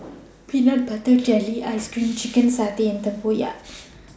Peanut Butter Jelly Ice Cream Chicken Satay and Tempoyak